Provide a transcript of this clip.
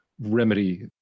remedy